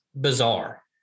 bizarre